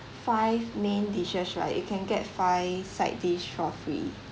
five main dishes right you can get five side dish for free